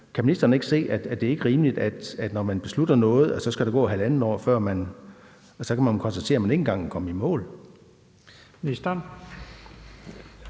Kan ministeren ikke se, at det ikke er rimeligt, at der, når man beslutter noget, skal gå halvandet år, før man så kan konstatere, at man ikke engang er kommet i mål?